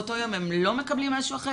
באותו יום הם לא מקבלים משהו אחר?